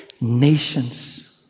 nations